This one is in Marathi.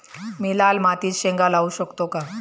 मी लाल मातीत शेंगा लावू शकतो का?